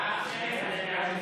דעה אחרת על הדעה שלו.